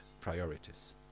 priorities